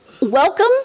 welcome